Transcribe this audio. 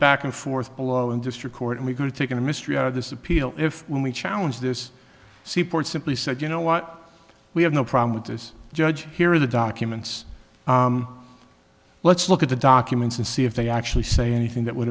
back and forth below in district court and we could have taken the mystery out of this appeal if when we challenge this seaport simply said you know what we have no problem with this judge here the documents let's look at the documents and see if they actually say anything that would